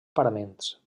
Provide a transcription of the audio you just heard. paraments